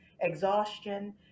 exhaustion